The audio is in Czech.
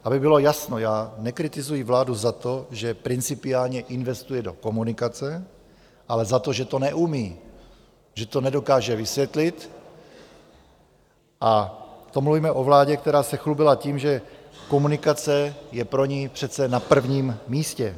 Aby bylo jasno, nekritizuji vládu za to, že principiálně investuje do komunikace, ale za to, že to neumí, že to nedokáže vysvětlit, a to mluvíme o vládě, která se chlubila tím, že komunikace je pro ni přece na prvním místě!